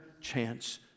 chance